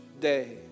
day